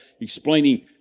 explaining